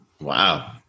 wow